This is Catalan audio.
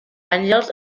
àngels